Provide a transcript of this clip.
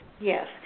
yes